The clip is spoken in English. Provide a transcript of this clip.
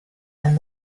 and